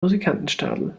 musikantenstadl